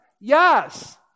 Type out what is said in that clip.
Yes